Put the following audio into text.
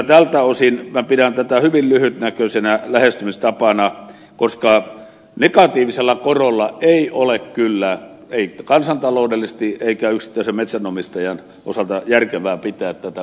tältä osin minä kyllä pidän tätä hyvin lyhytnäköisenä lähestymistapana koska negatiivisella korolla ei ole kansantaloudellisesti eikä yksittäisen metsänomistajan osalta järkevää pitää tätä